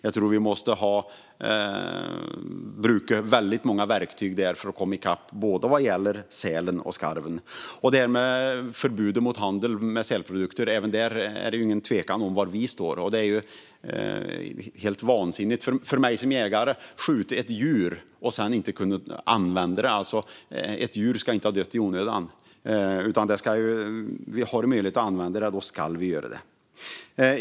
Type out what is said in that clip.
Jag tror att vi måste bruka väldigt många verktyg för att komma ikapp vad gäller både sälen och skarven. Och det är ingen tvekan om var vi står när det gäller förbudet mot handel med sälprodukter. Det är helt vansinnigt för mig som jägare att skjuta ett djur och sedan inte kunna använda det. Ett djur ska inte ha dött i onödan. Har vi möjlighet att använda det ska vi göra det.